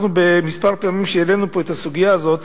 בפעמים שהעלינו פה את הסוגיה הזאת